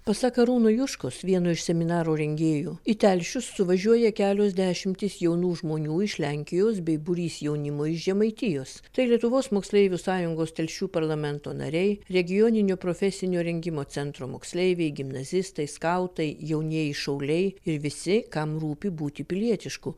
pasak arūno juškos vieno iš seminaro rengėjų į telšius suvažiuoja kelios dešimtys jaunų žmonių iš lenkijos bei būrys jaunimo iš žemaitijos tai lietuvos moksleivių sąjungos telšių parlamento nariai regioninio profesinio rengimo centro moksleiviai gimnazistai skautai jaunieji šauliai ir visi kam rūpi būti pilietišku